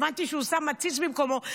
הבנתי שהוא שם עציץ במקומו,